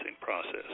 process